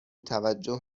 توجه